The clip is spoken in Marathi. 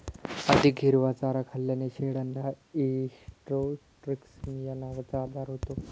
अधिक हिरवा चारा खाल्ल्याने शेळ्यांना इंट्रोटॉक्सिमिया नावाचा आजार होतो